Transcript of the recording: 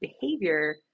behavior